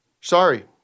Sorry